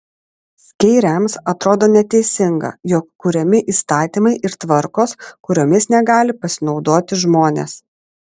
skeiriams atrodo neteisinga jog kuriami įstatymai ir tvarkos kuriomis negali pasinaudoti žmonės